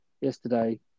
yesterday